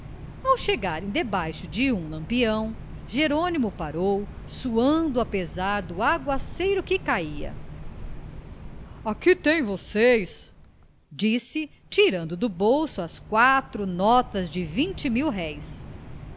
ao chegarem debaixo de um lampião jerônimo parou suando apesar do aguaceiro que cala aqui têm vocês disse tirando do bolso as quatro notas de vinte mil-réis